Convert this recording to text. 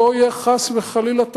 שלא תהיה חס וחלילה טעות.